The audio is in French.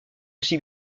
aussi